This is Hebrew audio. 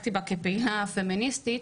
עסקתי כפעילה פמיניסטית,